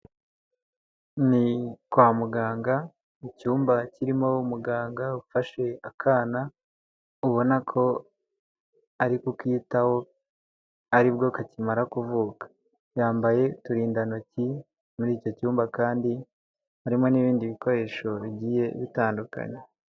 Ni kwa muganga, mu cyumba kirimo umuganga ufashe akana ubona ko ari kukitaho, aribwo kakimara kuvuka. Yambaye uturindantoki, muri icyo cyumba kandi harimo n'ibindi bikoresho bigiye bitandukanye.